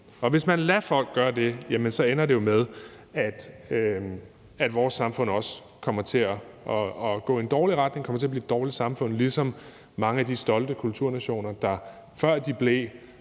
Og hvis man lader folk gøre det, ender det jo med, at vores samfund også kommer til at gå i en dårlig retning og kommer til at blive et dårligt samfund ligesom mange af de stolte kulturnationer, som, før de blev